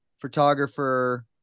photographer